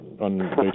on